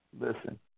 Listen